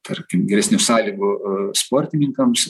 tarkim geresnių sąlygų sportininkams